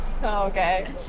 okay